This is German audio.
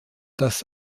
das